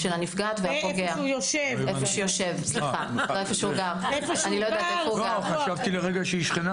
שני בתים סמוכים בכפר קטן.